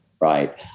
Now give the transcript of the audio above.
right